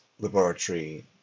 laboratory